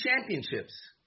championships